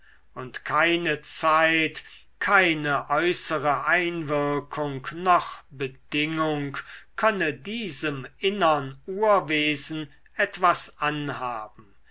und keine zeit keine äußere einwirkung noch bedingung könne diesem innern urwesen etwas anhaben